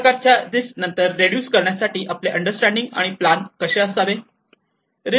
अशा प्रकारच्या रिस्क नंतर रेडूस करण्यासाठी आपले अंडरस्टँडिंग आणि प्लान कसे असावे